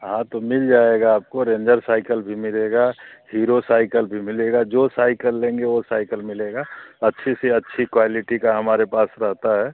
हाँ तो मिल जाएगी आपको रेंजर साइकल भी मिलेगी हीरो साइकल भी मिलेगी जो साइकल लेंगे वह साइकल मिलेगी अच्छी से अच्छी क्वायलिटी की हमारे पास रहती हैं